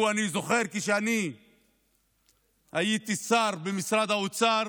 אני זוכר, כשאני הייתי שר במשרד האוצר,